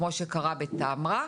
כפי שקרה בטמרה,